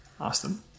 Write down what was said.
Austin